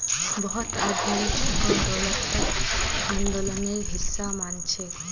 बहुत आदमी छोटो दौलतक आंदोलनेर हिसा मानछेक